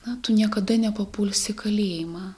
na tu niekada nepapulsi į kalėjimą